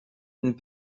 une